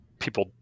People